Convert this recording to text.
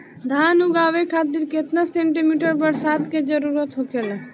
धान उगावे खातिर केतना सेंटीमीटर बरसात के जरूरत होखेला?